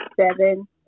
seven